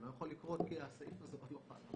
זה לא יכול לקרות כי הסעיף הזה עוד לא חל.